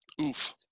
Oof